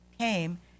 Came